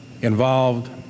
involved